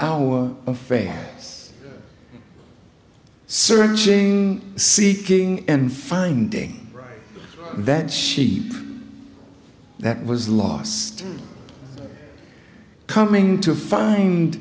our affairs searching seeking and finding that sheep that was lost coming to find